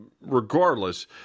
regardless